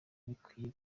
bikwiye